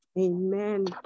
amen